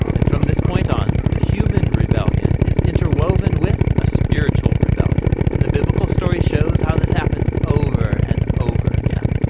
and from this point on, the human rebellion is interwoven with a spiritual rebellion. and the biblical story shows how this happens over and over again.